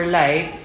life